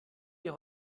wir